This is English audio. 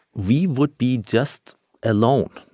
we would be just alone.